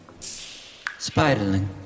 Spiderling